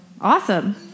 awesome